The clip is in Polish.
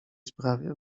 sprawie